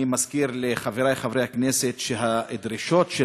אני מזכיר לחברי חברי הכנסת שהדרישות של